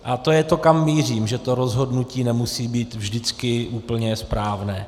A to je to, kam mířím, že to rozhodnutí nemusí být vždycky úplně správné.